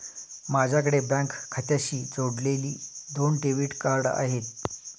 माझ्याकडे बँक खात्याशी जोडलेली दोन डेबिट कार्ड आहेत